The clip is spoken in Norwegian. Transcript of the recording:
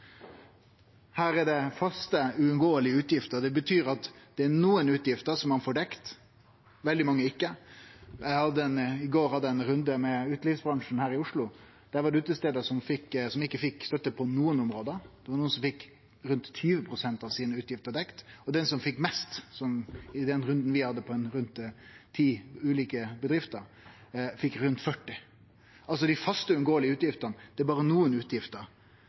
her er det faste, uunngåelege utgifter. Det betyr at det er nokre utgifter ein får dekt, og veldig mange ein ikkje får dekt. I går hadde eg ein runde med utelivsbransjen her i Oslo. Der var det utestader som ikkje fekk støtte på noko område, nokre som fikk rundt 20 pst. av utgiftene dekte, og dei som fekk mest i den runden vi hadde hos rundt ti ulike bedrifter, fekk rundt 40 pst. Dei faste, uunngåelege utgiftene er altså berre nokre av utgiftene, og for veldig mange er